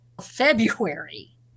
February